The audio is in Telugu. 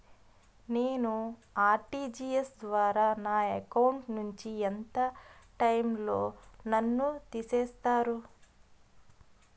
నేను ఆ.ర్టి.జి.ఎస్ ద్వారా నా అకౌంట్ నుంచి ఎంత టైం లో నన్ను తిసేస్తారు?